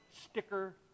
sticker